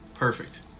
Perfect